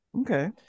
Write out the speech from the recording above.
Okay